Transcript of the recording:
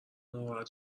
ناراحت